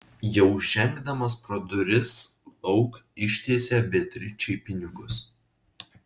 jau žengdamas pro duris lauk ištiesė beatričei pinigus